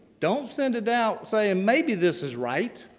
don't send it out saying maybe this is right.